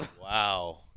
Wow